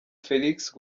felix